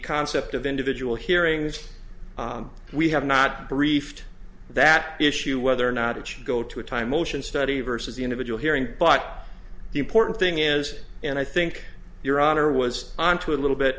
concept of individual hearings we have not briefed that issue whether or not it should go to a time motion study versus the individual here but the important thing is and i think your honor was onto a little bit